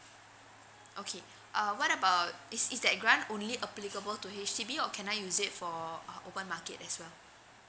okay uh what about is is that grant only applicable to H_D_B or can I use it for uh open market as well